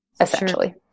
essentially